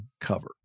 cover